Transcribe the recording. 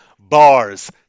Bars